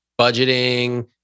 budgeting